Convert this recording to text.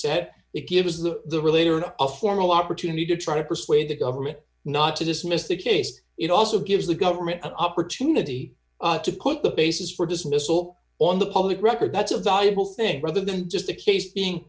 said it gives the relator a formal opportunity to try to persuade the government not to dismiss the case it also gives the government an opportunity to put the basis for dismissal on the public record that's a valuable thing rather than just the case being